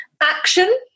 Action